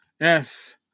yes